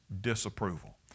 disapproval